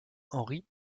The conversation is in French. henri